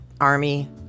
army